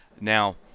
Now